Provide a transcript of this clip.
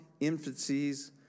infancies